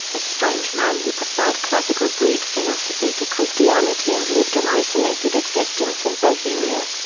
a strange man who preferred classical greek philosophy to christianity and lived an isolated existence in bohemia.